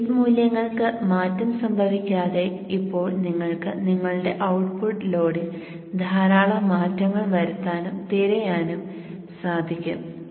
state മൂല്യങ്ങൾക്ക് മാറ്റം സംഭവിക്കാതെ ഇപ്പോൾ നിങ്ങൾക്ക് നിങ്ങളുടെ ഔട്ട്പുട്ട് ലോഡിൽ ധാരാളം മാറ്റങ്ങൾ വരുത്താനും തിരയാനും സാധിക്കും